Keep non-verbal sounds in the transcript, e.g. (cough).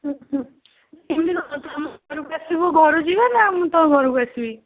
(unintelligible) ତୁ ଆମ ଘରକୁ ଆସିବୁ ଘରୁ ଯିବା ନା ମୁଁ ତୋ ଘରକୁ ଆସିବି